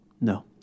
No